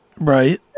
Right